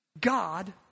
God